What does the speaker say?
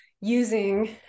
using